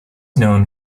known